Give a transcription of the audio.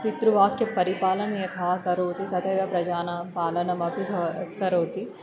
पितृवाक्यपरिपालने यथा करोति तथैव प्रजानां पालनमपि भव करोति